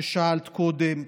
ששאלת קודם,